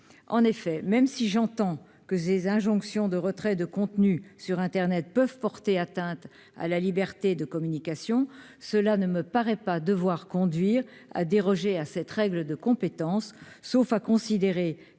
en effet, même si j'entends que ces injonctions de retraits de contenus sur Internet peuvent porter atteinte à la liberté de communication, cela ne me paraît pas devoir conduire à déroger à cette règle de compétences, sauf à considérer que